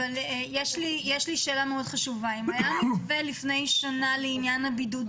אם היה מתווה לפני שנה לעניין הבידוד